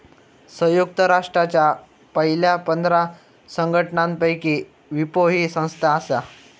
संयुक्त राष्ट्रांच्या पयल्या पंधरा संघटनांपैकी विपो ही संस्था आसा